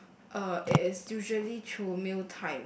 uh it is usually through meal times